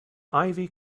ivy